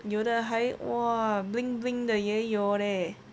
有的还 !wah! bling bling 的也有 leh